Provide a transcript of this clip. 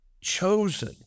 chosen